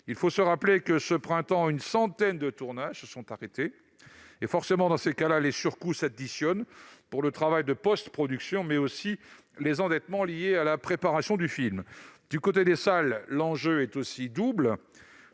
il faut se rappeler que ce printemps une centaine de tournages se sont arrêtés. Forcément, dans ces cas-là, les surcoûts s'additionnent pour le travail de postproduction, mais aussi les endettements liés à la préparation du film. Du côté des salles, l'enjeu est aussi double.